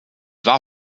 war